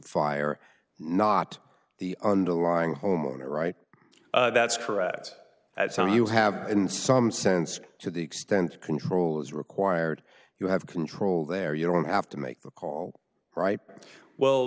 fire not the underlying homeowner right that's correct that's all you have in some sense to the extent control is required you have control there you don't have to make the call right well